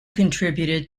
contributed